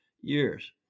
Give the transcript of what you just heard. years